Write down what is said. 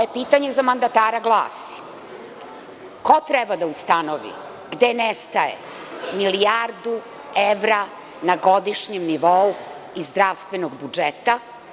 Moje pitanje za mandatara glasi – ko treba da ustanovi gde nestaje milijardu evra na godišnjem nivou iz zdravstvenog budžeta?